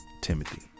timothy